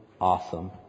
Awesome